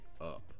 up